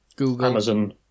Amazon